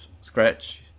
scratch